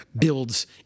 builds